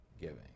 giving